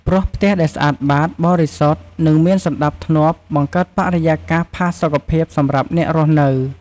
ព្រោះផ្ទះដែលស្អាតបាត បរិសុទ្ធ និងមានសណ្តាប់ធ្នាប់ បង្កើតបរិយាកាសផាសុកភាពសម្រាប់អ្នករស់នៅ ។